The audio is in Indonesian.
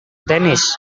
tenis